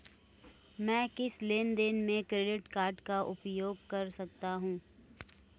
मैं किस लेनदेन में क्रेडिट कार्ड का उपयोग कर सकता हूं?